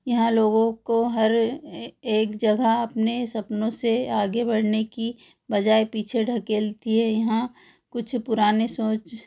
यहाँ लोगों को हर एक जगह अपने सपनों से आगे बढ़ने की बजाय पीछे धकेलती है यहाँ कुछ पुरानी सोच